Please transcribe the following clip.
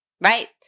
Right